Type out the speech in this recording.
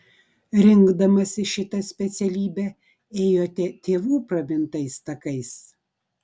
rinkdamasi šitą specialybę ėjote tėvų pramintais takais